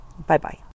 Bye-bye